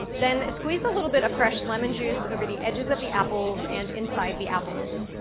then squeeze a little bit of fresh lemon juice over the edges of the apples and inside the apples.